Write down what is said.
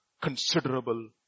considerable